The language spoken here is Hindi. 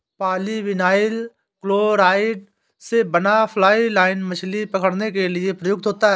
पॉलीविनाइल क्लोराइड़ से बना फ्लाई लाइन मछली पकड़ने के लिए प्रयुक्त होता है